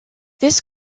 this